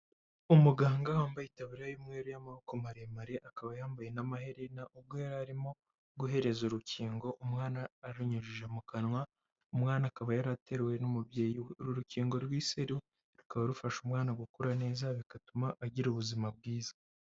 Umuganga wambaye itaburiya y'umweru y'amaboko maremare, akaba yambaye n'amaherena ubwo yari arimo guhereza urukingo umwana arunyujije mu kanwa, umwana akaba yarateruwe n'umubyeyi, uru rukingo rw'iseru rukaba rufasha umwana gukura neza bigatuma agira ubuzima bwiza.